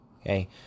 Okay